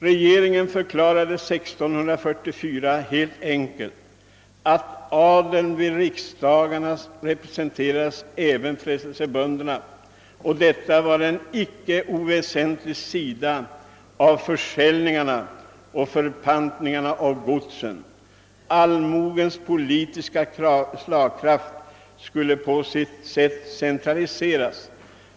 Regeringen förklarade 1644 helt enkelt att »adeln vid riksdagarna representerade även frälsebönderna, och detta var en icke oväsentlig sida av försäljningarna och förpantningarna av godsen: allmogens politiska slagkraft skulle på allt sätt neutraliseras.